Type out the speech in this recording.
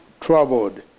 troubled